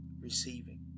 receiving